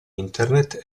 internet